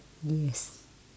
yes